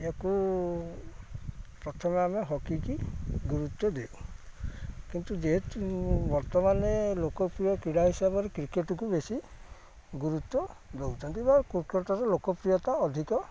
ଏହାକୁ ପ୍ରଥମେ ଆମେ ହକିକି ଗୁରୁତ୍ୱ ଦଉ କିନ୍ତୁ ଯେହେତୁ ବର୍ତ୍ତମାନେ ଲୋକପ୍ରିୟ କ୍ରୀଡ଼ା ହିସାବରେ କ୍ରିକେଟକୁ ବେଶୀ ଗୁରୁତ୍ୱ ଦେଉଛନ୍ତି ବା କ୍ରିକେଟର ଲୋକପ୍ରିୟତା ଅଧିକ